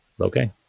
okay